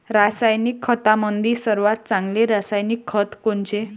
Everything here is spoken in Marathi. रासायनिक खतामंदी सर्वात चांगले रासायनिक खत कोनचे?